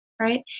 right